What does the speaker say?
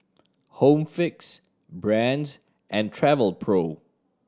Home Fix Brand's and Travelpro